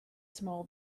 small